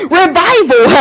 revival